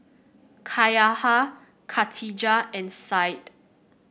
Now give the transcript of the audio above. Cahaya Katijah and Said